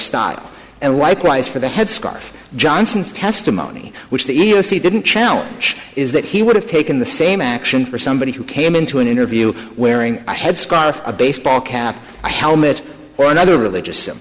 style and likewise for the headscarf johnson's testimony which the e e o c didn't challenge is that he would have taken the same action for somebody who came into an interview wearing a headscarf a baseball cap a helmet or another religious